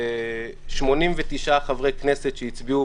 89 חברי כנסת שהצביעו בעד.